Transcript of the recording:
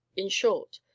in short,